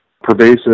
pervasive